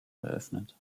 eröffnet